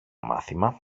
μάθημα